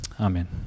Amen